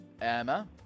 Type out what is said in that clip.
Emma